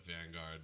Vanguard